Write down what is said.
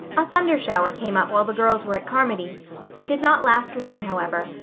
a thunder-shower came up while the girls were at carmody it did not last long, however,